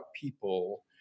people